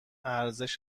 ارزش